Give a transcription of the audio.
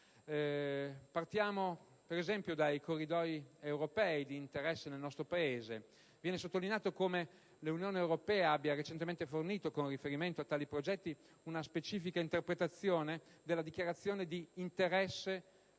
Partiamo per esempio dai Corridoi europei di interesse del nostro Paese. Viene sottolineato come l'Unione europea abbia recentemente fornito, con riferimento a tali progetti, una specifica interpretazione della "dichiarazione di interesse